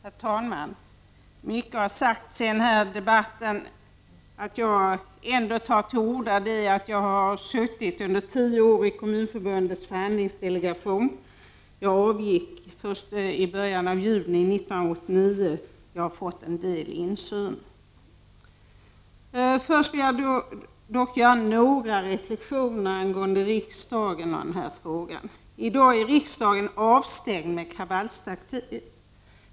Herr talman! Mycket har sagts i denna debatt. Att jag ändå tar till orda beror på att jag under tio år har suttit i Kommunförbundets förhandlingsdelegation. Jag avgick först i början av juni 1989. Jag har fått en del insyn. Först vill jag dock göra några reflexioner angående riksdagen och denna fråga. I dag är riksdagen avstängd med kravallstaket.